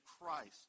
Christ